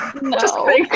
No